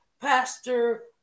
Pastor